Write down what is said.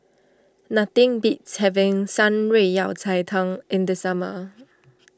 nothing beats having Shan Rui Yao Cai Tang in the summer